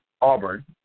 Auburn